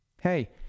Hey